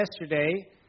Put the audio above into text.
yesterday